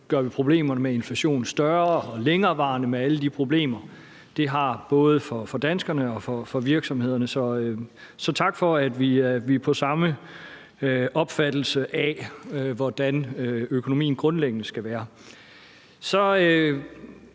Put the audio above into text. gør vi problemerne med inflationen større og længerevarende – med alle de problemer, det giver for både danskerne og virksomhederne. Så tak for, at vi har den samme opfattelse af, hvordan økonomien grundlæggende skal være.